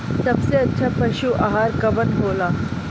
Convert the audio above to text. सबसे अच्छा पशु आहार कवन हो ला?